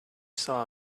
saw